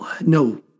no